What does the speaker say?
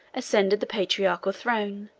ascended the patriarchal throne,